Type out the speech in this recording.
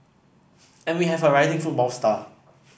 and we have a rising football star